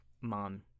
mom